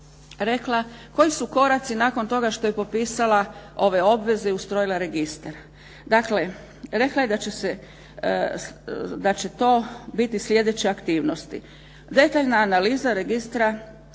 rekla koji su koraci nakon toga što je popisala ove obveze i ustrojila registar. Dakle, rekla je da će to biti sljedeće aktivnosti. Detaljna analiza registra